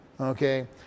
Okay